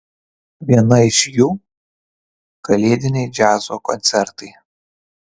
vieną iš jų kalėdiniai džiazo koncertai